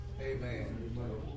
Amen